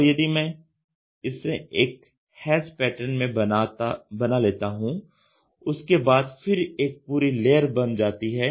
और यदि मैं इससे एक हेच पैटर्न में बना लेता हूं उसके बाद फिर एक पूरी लेयर बन जाती है